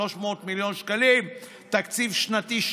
300 מיליון שקלים תקציב שנתי,